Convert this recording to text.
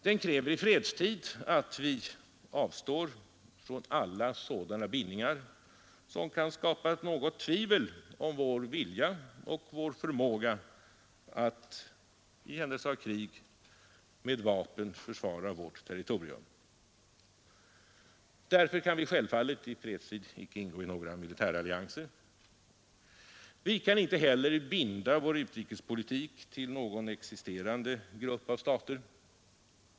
Den kräver i fredstid att vi avstår från alla sådana bindningar som kan skapa något tvivel om vår vilja och vår förmåga att i händelse av krig med vapen försvara vårt territorium. Därför kan vi självfallet i fredstid icke ingå några militärallianser. Vi kan inte heller binda vår utrikespolitik till någon existerande grupp av stater.